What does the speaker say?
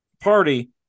party